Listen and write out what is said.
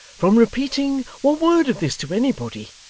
from repeating one word of this to anybody,